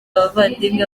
abavandimwe